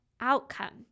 outcome